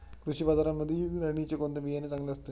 कृषी बाजारांमध्ये इंद्रायणीचे कोणते बियाणे चांगले असते?